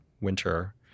winter